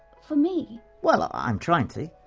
for me? well, i'm trying to.